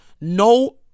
no